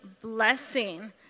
blessing